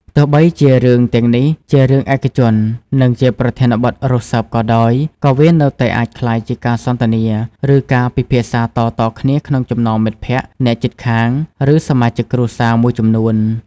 ទោះបីជារឿងទាំងនេះជារឿងឯកជន និងជាប្រធានបទរសើបក៏ដោយ ក៏វានៅតែអាចក្លាយជាការសន្ទនា ឬការពិភាក្សាតៗគ្នាក្នុងចំណោមមិត្តភក្តិ អ្នកជិតខាង ឬសមាជិកគ្រួសារមួយចំនួន។